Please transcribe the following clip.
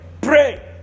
pray